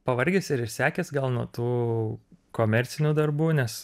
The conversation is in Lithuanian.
pavargęs ir išsekęs gal nuo tų komercinių darbų nes